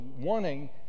wanting